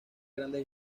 grandes